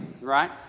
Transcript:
right